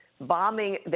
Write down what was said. bombing